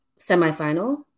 semifinal